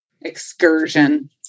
excursion